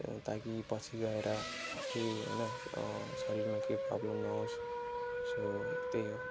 ताकि पछि गएर केही होइन शरीरमा केही प्रबलम नहोस् सो त्यही हो